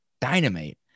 dynamite